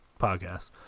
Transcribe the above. podcast